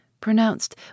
pronounced